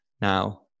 now